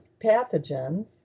pathogens